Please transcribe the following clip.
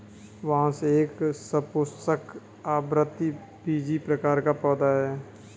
बांस एक सपुष्पक, आवृतबीजी प्रकार का पौधा है